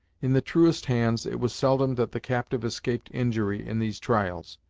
in the truest hands it was seldom that the captive escaped injury in these trials,